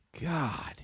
God